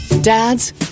Dads